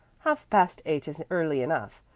half-past eight is early enough.